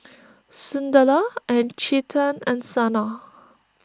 Sunderlal and Chetan and Sanal